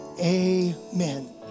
amen